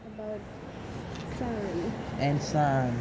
about sun